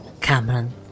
Cameron